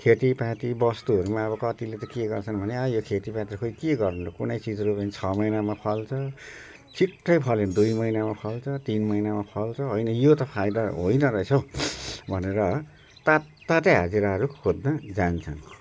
खेतीपाती वस्तुहरूमा अब कतिले त के गर्छन् भने आ यो खेतीपातीले त अब के गर्नु र कुनै चिज रोप्यो भने छ महिनामा फल्छ छिटै फले दुई महिनामा फल्छ तिन महिनामा फल्छ होइन यो त फाइदा होइन रहेछ हौ भनेर तात्तातै हाजिराहरू खोज्न जान्छन्